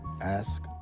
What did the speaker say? ask